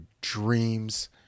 dreams